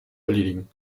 erledigen